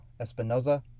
Espinoza